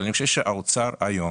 אבל אני חושב שהאוצר היום